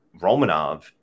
Romanov